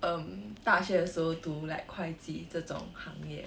um 大学的时候读 like 会计这种行业